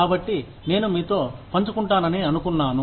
కాబట్టి నేను మీతో పంచుకుంటానని అనుకున్నాను